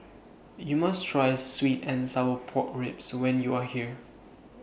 YOU must Try Sweet and Sour Pork Ribs when YOU Are here